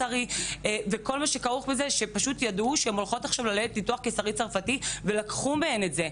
הן ידעו שהן הולכות ללדת עכשיו בניתוח הקיסרי הצרפתי ולקחו את זה מהן.